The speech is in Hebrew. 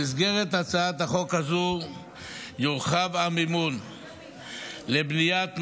במסגרת הצעת החוק הזו יורחב המימון לבניית ממ"דים,